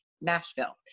Nashville